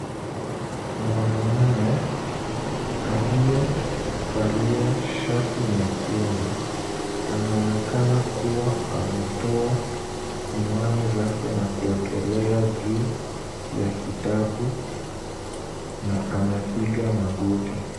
Mwanaume aliyevalia shati nyekundu anaonekana kuwa ametoa miwani zake na kuwekelea juu ya kitabu na amepiga magoti.